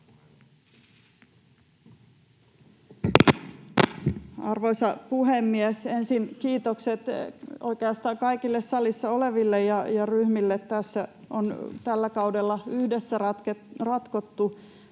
Arvoisa puhemies! Ensin kiitokset oikeastaan kaikille salissa oleville ja ryhmille. Tässä on tällä kaudella yhdessä ratkottu